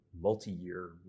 multi-year